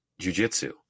jujitsu